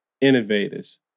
innovators